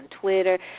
Twitter